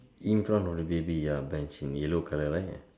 in front of the baby ya bench in yellow colour right